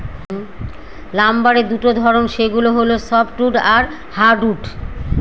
লাম্বারের দুটা ধরন, সেগুলো হচ্ছে সফ্টউড আর হার্ডউড